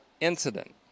Incident